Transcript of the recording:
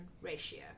ratio